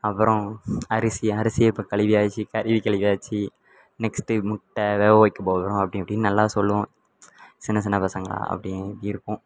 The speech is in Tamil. அப்புறம் அரிசி அரிசியை அப்புறம் கழுவி அரிசி கறி கழுவியாச்சி நெக்ஸ்ட்டு முட்டை வேக வைக்க போகிறோம் அப்படி இப்படின்னு எல்லாம் சொல்லுவோம் சின்ன சின்ன பசங்களாக அப்படி இப்படின்னு இருப்போம்